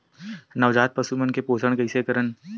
नवजात पशु मन के पोषण कइसे करन?